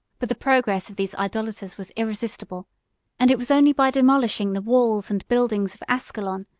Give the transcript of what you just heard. but the progress of these idolaters was irresistible and it was only by demolishing the walls and buildings of ascalon,